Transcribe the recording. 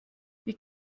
wie